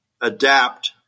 adapt